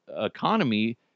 economy